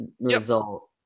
result